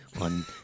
on